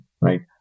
right